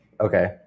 Okay